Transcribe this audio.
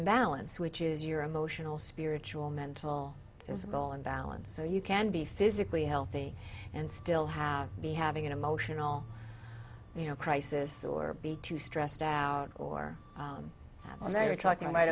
imbalance which is your emotional spiritual mental physical and balance so you can be physically healthy and still have be having an emotional you know crisis or be too stressed out or very talking